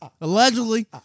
allegedly